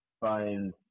find